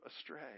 astray